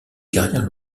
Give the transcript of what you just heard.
carrières